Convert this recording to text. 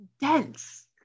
dense